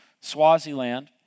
Swaziland